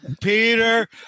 Peter